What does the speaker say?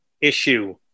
issue